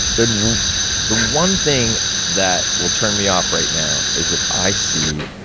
the the one thing that will turn me off right now is if i see